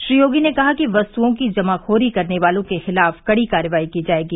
श्री योगी ने कहा कि वस्तुओं की जमाखोरी करने वालों के खिलाफ कड़ी कार्रवाई की जाएगी